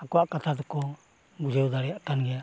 ᱟᱠᱚᱣᱟᱜ ᱠᱟᱛᱷᱟ ᱫᱚᱠᱚ ᱵᱩᱡᱷᱟᱹᱣ ᱫᱟᱲᱮᱭᱟᱜ ᱠᱟᱱ ᱜᱮᱭᱟ